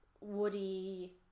Woody